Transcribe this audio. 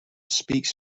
speaks